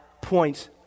points